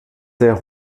der